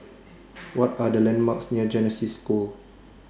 What Are The landmarks near Genesis School